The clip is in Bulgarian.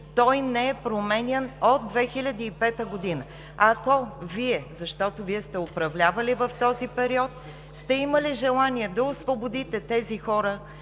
Той не е променян от 2005 г. Ако Вие, защото Вие сте управлявали в този период, сте имали желание да освободите тези хора